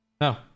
No